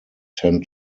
ten